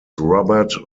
robert